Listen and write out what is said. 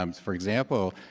um for example,